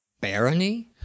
Barony